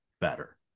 better